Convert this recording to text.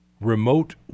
remote